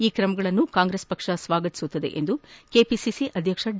ಈ ತ್ರಮಗಳನ್ನು ಕಾಂಗ್ರೆಸ್ ಪಕ್ಷ ಸ್ವಾಗತಿಸುತ್ತದೆ ಎಂದು ಕೆಪಿಸಿಸಿ ಅಧ್ಯಕ್ಷ ಡಿ